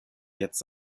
jetzt